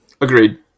Agreed